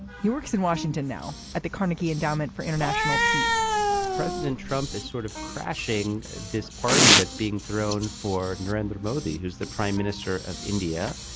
he works in washington now at the carnegie endowment for international peace president trump is sort of crashing this party that's being thrown for narendra modi who's the prime minister of india.